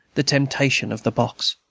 the temptation of the box.